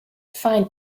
fine